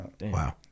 Wow